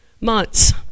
months